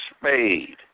spade